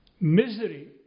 misery